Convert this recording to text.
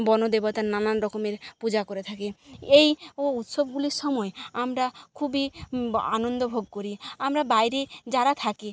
বনদেবতার নানানরকমের পূজা করে থাকে এই উৎসবগুলির সময় আমরা খুবই আনন্দ ভোগ করি আমরা বাইরে যারা থাকি